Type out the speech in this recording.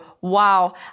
Wow